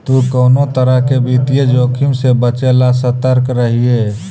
तु कउनो तरह के वित्तीय जोखिम से बचे ला सतर्क रहिये